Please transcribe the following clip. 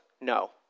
no